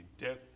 death